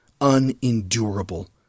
unendurable